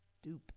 stupid